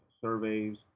surveys